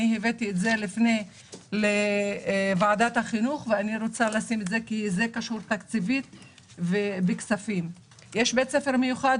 הבאתי את זה לוועדת החינוך ויש לזה נגיע תקציבית: יש בית ספר מיוחד,